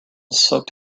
soaked